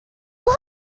they